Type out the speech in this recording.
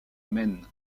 maine